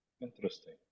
Interesting